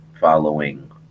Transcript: following